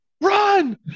run